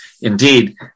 Indeed